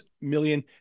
million